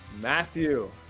Matthew